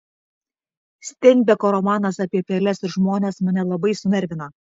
steinbeko romanas apie peles ir žmones mane labai sunervino